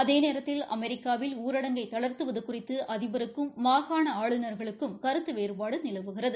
அதேநேரத்தில் அமெிக்கூவில் ஊரடங்கை தளா்த்துவது குறித்து அதிபருக்கும் மாகாண ஆளுநர்களுக்கும் கருத்து வேறுபாடு நிலவுகிறது